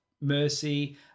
mercy